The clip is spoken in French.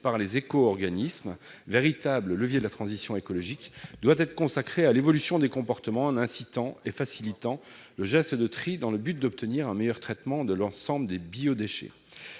par les éco-organismes, véritables leviers de la transition écologique, doit être consacrée à l'évolution des comportements, en incitant et facilitant le geste de tri dans le but d'obtenir un meilleur traitement de l'ensemble des biodéchets.